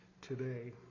today